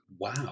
Wow